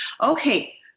Okay